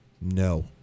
No